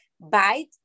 bite